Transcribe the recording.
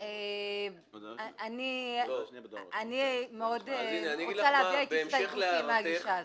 אני מאוד רוצה להביע את הסתייגותי מהגישה הזו.